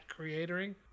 creatoring